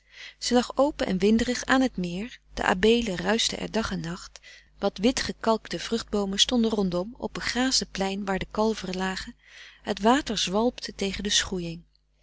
ze lag open en winderig aan het meer de abeelen ruischten er dag en nacht wat wit gekalkte vruchtboomen stonden rondom op begraasde plein waar de kalveren frederik van eeden van de koele meren des doods lagen het water zwalpte tegen de schoeiing